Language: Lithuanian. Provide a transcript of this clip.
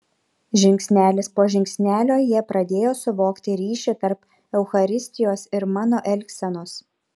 žingsnelis po žingsnelio jie pradėjo suvokti ryšį tarp eucharistijos ir mano elgsenos